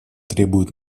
требует